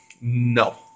no